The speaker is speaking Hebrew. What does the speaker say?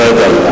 בסדר.